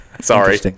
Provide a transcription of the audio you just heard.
Sorry